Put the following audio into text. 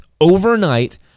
overnight